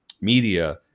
media